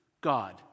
God